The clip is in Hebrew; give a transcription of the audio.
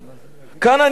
כאן אני מבקש